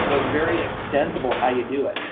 so it's very extensible how you do it.